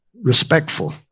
respectful